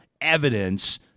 evidence